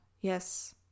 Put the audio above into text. Yes